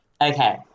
okay